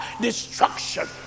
destruction